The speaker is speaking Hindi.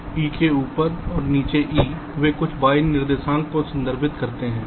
e के ऊपर और नीचे e वे कुछ y निर्देशांक को संदर्भित करते हैं